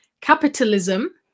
capitalism